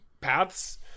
paths